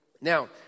Now